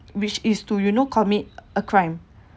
which is to you know commit a crime